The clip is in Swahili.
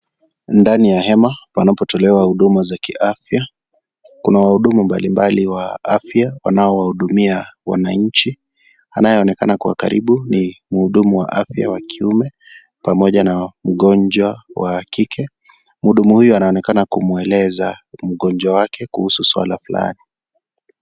Ndani ya hema panapotolewa huduma za kiafya, kuna wahudumu mbalimbali wa afya wanaowahudumia wananchi, anayeonekana kwa karibu ni mhudumu wa afya wa kiume pamoja na mgonjwa wa kike, mhudumu huyu anaonekana kumueleza mgonjwa wake kuhusu suala fulani.